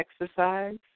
exercise